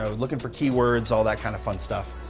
ah looking for key words, all that kind of fun stuff.